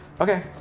Okay